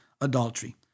adultery